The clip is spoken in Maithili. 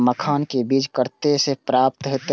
मखान के बीज कते से प्राप्त हैते?